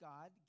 God